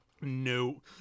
no